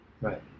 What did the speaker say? Right